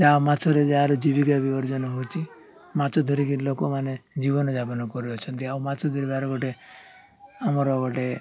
ଯାହା ମାଛରେ ଯାହାର ଜୀବିକା ବିିସର୍ଜନ ହେଉଛି ମାଛ ଧରିକି ଲୋକମାନେ ଜୀବନଯାପନ କରୁ ଅଛନ୍ତି ଆଉ ମାଛ ଧରିବାର ଗୋଟେ ଆମର ଗୋଟେ